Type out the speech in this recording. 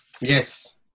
Yes